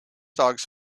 dogs